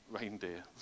reindeer